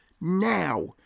now